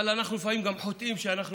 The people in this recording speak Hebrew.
אבל אנחנו לפעמים גם חוטאים שאנחנו